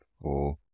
Four